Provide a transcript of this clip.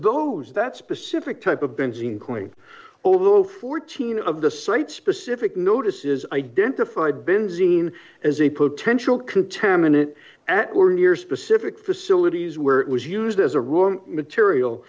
those that specific type of benzene going over the fourteen of the site specific notices identified benzene as a potential contaminant at or near specific facilities where it was used as a room material